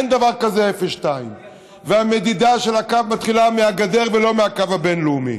אין דבר כזה 02. המדידה של הקו מתחילה מהגדר ולא מהקו הבין-לאומי.